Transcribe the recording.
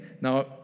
Now